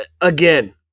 again